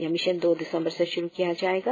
यह मिशन दो दिसंबर से शुरु किया जाएगा